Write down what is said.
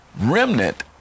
remnant